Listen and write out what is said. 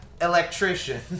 electrician